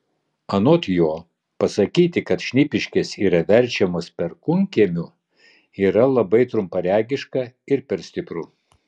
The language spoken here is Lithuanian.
anot jo pasakyti kad šnipiškės yra verčiamos perkūnkiemiu yra labai trumparegiška ir per stipru